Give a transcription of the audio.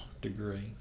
degree